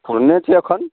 छोड़ने छियै एखन